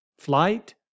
Flight